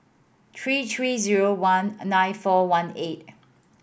three three zero one nine four one eight